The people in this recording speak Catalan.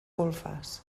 golfes